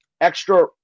extra